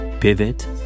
Pivot